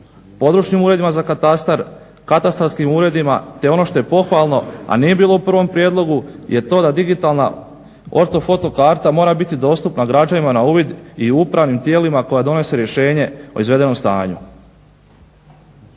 područnim uredima za katastar, katastarskim uredima. Te ono što je pohvalno, a nije bilo u prvom prijedlogu je to da digitalna ortofoto karta mora biti dostupna građanima na uvidi i upravni tijelima koja donose rješenje o izvedenom stanju.